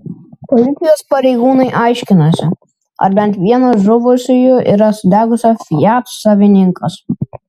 policijos pareigūnai aiškinasi ar bent vienas žuvusiųjų yra sudegusio fiat savininkas